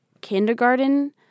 kindergarten